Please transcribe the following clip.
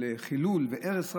של חילול והרס רב,